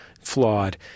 flawed